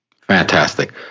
Fantastic